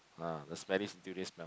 ah the smelly durian smell